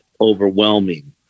overwhelming